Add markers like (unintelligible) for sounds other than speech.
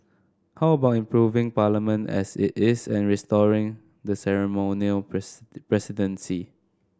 how about improving Parliament as it is and restoring the ceremonial (unintelligible) presidency